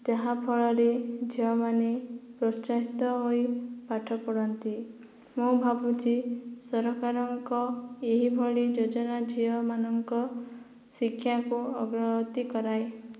ଯାହା ଫଳରେ ଝିଅମାନେ ପ୍ରୋତ୍ସାହିତ ହୋଇ ପାଠ ପଢ଼ନ୍ତି ମୁଁ ଭାବୁଛି ସରକାରଙ୍କ ଏହି ଭଳି ଯୋଜନା ଝିଅମାନଙ୍କ ଶିକ୍ଷାକୁ ଅଗ୍ରଗତି କରାଏ